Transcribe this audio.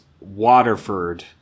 Waterford